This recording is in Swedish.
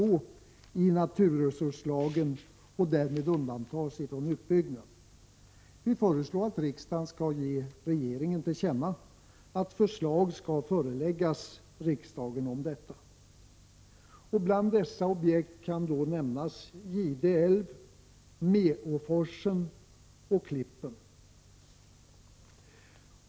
1986/87:105 naturresurslagen och därmed undantas från utbyggnad. Vi föreslår att 9 april 1987 riksdagen skall ge regeringen till känna att förslag skall föreläggas riksdagen om detta. Bland dessa objekt kan nämnas Gide älv, Meåforsen och Klippen.